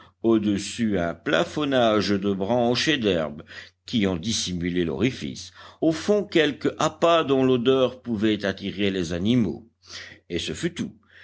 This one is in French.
au-dessus un plafonnage de branches et d'herbes qui en dissimulait l'orifice au fond quelque appât dont l'odeur pouvait attirer les animaux et ce fut tout